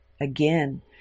Again